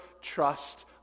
trust